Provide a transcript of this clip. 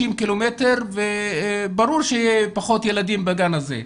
קילומטר וברור שיהיו פחות ילדים בגן הזה.